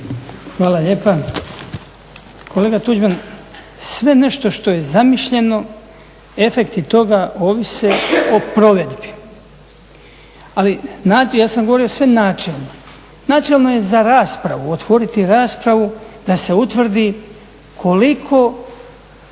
Hvala lijepa. Kolega Tuđman, sve nešto što je zamišljeno efekti toga ovise o provedbi. Ali načelno, ja sam govorio sve načelno. Načelno je za raspravu otvoriti raspravu da se utvrdi koliko